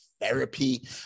therapy